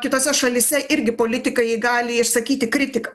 kitose šalyse irgi politikai gali išsakyti kritiką